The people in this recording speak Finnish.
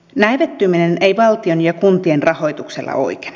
näivettyminen ei valtion ja kuntien rahoituksella oikene